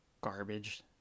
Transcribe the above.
garbage